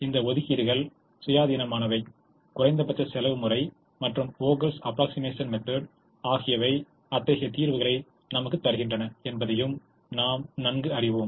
இந்த ஒதுக்கீடுகள் சுயாதீனமானவை குறைந்தபட்ச செலவு முறை மற்றும் Vogel's approximation method Vogels approximation method ஆகியவை அத்தகைய தீர்வுகளை நமக்குத் தருகின்றன என்பதையும் நாம் நன்கு அறிவோம்